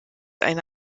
eine